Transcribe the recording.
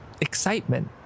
excitement